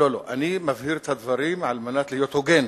לא, לא, אני מבהיר את הדברים כדי להיות הוגן.